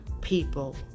people